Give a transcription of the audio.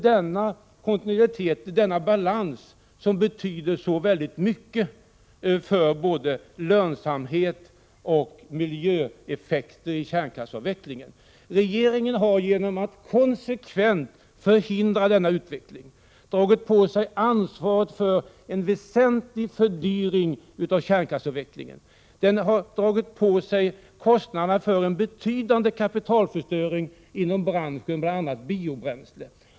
Detta betyder väldigt mycket för både lönsamhet och miljöeffekter vid kärnkraftsavvecklingen. Regeringen har genom att konsekvent förhindra denna utveckling tagit på sig ansvaret för en väsentlig fördyring av kärnkraftsavvecklingen. Regeringen har tagit på sig kostnaderna för en betydande kapitalförstöring inom branschen, bl.a. när det gäller biobränslen.